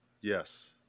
Yes